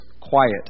Quiet